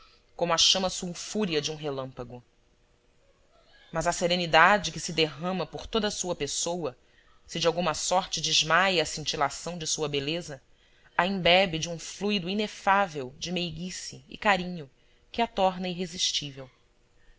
como a chama sulfúrea de um relâmpago mas a serenidade que se derrama por toda a sua pessoa se de alguma sorte desmaia a cintilação de sua beleza a embebe de um fluido inefável de meiguice e carinho que a torna irre sistível